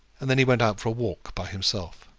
and then he went out for a walk by himself.